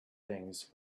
things